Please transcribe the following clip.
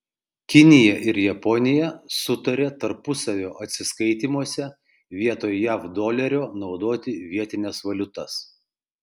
kinija ir japonija sutarė tarpusavio atsiskaitymuose vietoj jav dolerio naudoti vietines valiutas